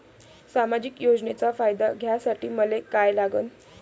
सामाजिक योजनेचा फायदा घ्यासाठी मले काय लागन?